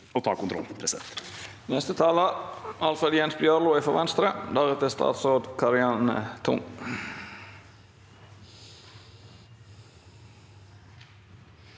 å ta kontroll.